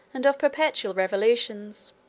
and of perpetual revolutions.